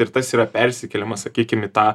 ir tas yra persikėlimas sakykim į tą